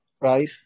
right